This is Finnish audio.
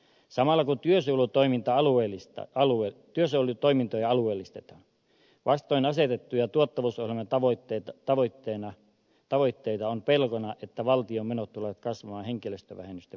samalla tiesulutoimintaa alueellista aluetta ja se kun työsuojelutoimintoja alueellistetaan vastoin asetettuja tuottavuusohjelman tavoitteita on pelkona että valtion menot tulevat kasvamaan henkilöstövähennysten vuoksi